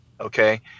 okay